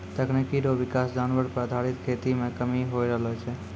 तकनीकी रो विकास जानवर पर आधारित खेती मे कमी होय रहलो छै